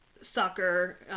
soccer